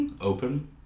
open